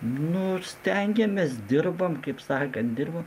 nu ir stengiamės dirbam kaip sakant dirbam